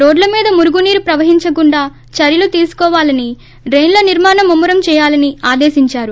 రోడ్లమీద మురుగునీరు ప్రవహించకుండా చర్చలు తీసుకోవాలని డ్రెయిన్ల నిర్మాణం ముమ్మ రం చేయాలని ఆదేశించారు